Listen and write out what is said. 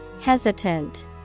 Hesitant